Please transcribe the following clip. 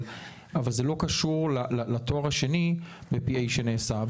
אבל זה לא קשור לתואר השני ב- PA שנעשה.